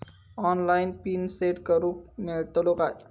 Online PIN set करूक मेलतलो काय?